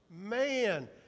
Man